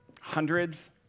hundreds